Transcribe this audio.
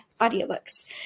audiobooks